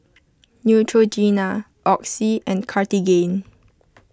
Neutrogena Oxy and Cartigain